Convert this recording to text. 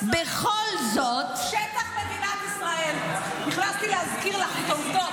בכל זאת, שטח מדינת ישראל, שטח מדינת ישראל.